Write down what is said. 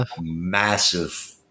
massive